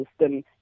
system